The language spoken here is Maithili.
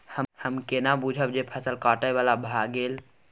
हम केना बुझब जे फसल काटय बला भ गेल?